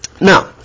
Now